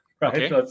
right